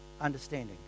understanding